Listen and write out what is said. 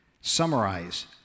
Summarize